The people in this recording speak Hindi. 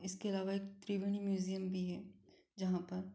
इसके अलावा एक त्रिवेणी म्यूज़ियम भी है जहाँ पर